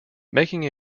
making